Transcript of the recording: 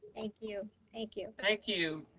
thank you. thank you. thank you,